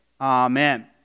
Amen